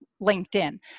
LinkedIn